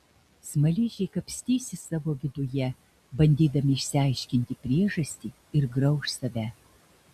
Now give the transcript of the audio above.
smaližiai kapstysis savo viduje bandydami išsiaiškinti priežastį ir grauš save